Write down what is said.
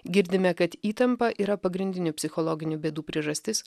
girdime kad įtampa yra pagrindinių psichologinių bėdų priežastis